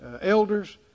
elders